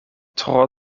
tro